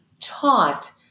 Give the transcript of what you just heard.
taught